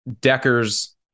Decker's